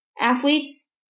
athletes